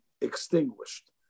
extinguished